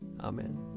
Amen